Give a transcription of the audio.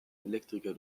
elektriker